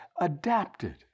adapted